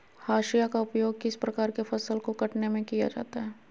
हाशिया का उपयोग किस प्रकार के फसल को कटने में किया जाता है?